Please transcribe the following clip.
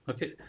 Okay